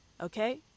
Okay